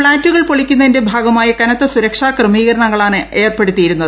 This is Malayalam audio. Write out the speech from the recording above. ഫ്ളാറ്റുകൾ പൊളിക്കുന്നതിന്റെ ഭാഗമായി കനത്ത സുരക്ഷാ ക്രമീകരണങ്ങളാണ് ഏർപ്പെടുത്തിയിരുന്നത്